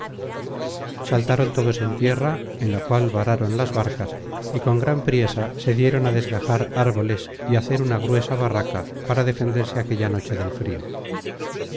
saltaron todos en tierra en la cual vararon las barcas y con gran priesa se dieron á desgajar árboles y hacer una gruesa barraca para defenderse aquella noche del frio